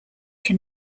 can